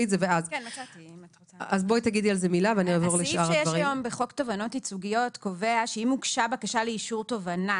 סעיף 6 בחוק תובענות ייצוגיות קובע שאם הוגשה בקשה לאישור תובענה